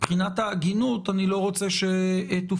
מבחינת ההגינות, אני לא רוצה שתופתעו.